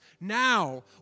now